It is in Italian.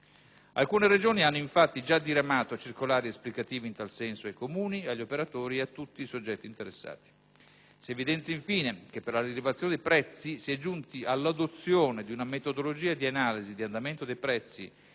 Alcune Regioni, infatti, hanno già diramato circolari esplicative in tal senso ai Comuni, agli operatori ed a tutti i soggetti interessati. Si evidenzia, infine, che per la rilevazione dei prezzi si è giunti all'adozione di una metodologia di analisi di andamento dei prezzi